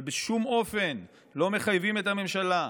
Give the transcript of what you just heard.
אבל בשום אופן לא מחייבים את הממשלה,